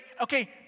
okay